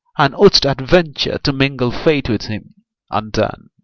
and wouldst adventure to mingle faith with him undone,